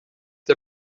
der